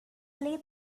play